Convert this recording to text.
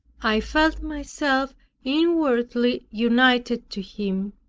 i felt myself inwardly united to him,